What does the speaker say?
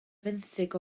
fenthyg